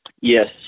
Yes